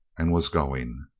and was going.